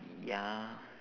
ya